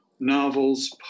novels